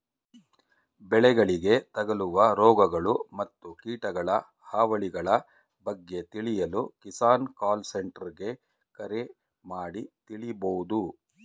ಬೆಳೆಗಳಿಗೆ ತಗಲುವ ರೋಗಗಳು ಮತ್ತು ಕೀಟಗಳ ಹಾವಳಿಗಳ ಬಗ್ಗೆ ತಿಳಿಯಲು ಕಿಸಾನ್ ಕಾಲ್ ಸೆಂಟರ್ಗೆ ಕರೆ ಮಾಡಿ ತಿಳಿಬೋದು